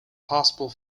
possible